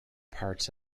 parts